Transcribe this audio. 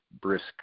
brisk